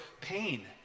pain